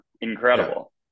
incredible